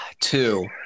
Two